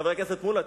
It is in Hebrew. חבר הכנסת מולה,